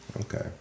Okay